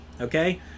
Okay